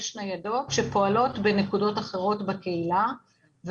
יש ניידות שפועלות בנקודות אחרות בקהילה,